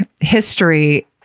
history